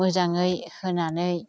मोजाङै होनानै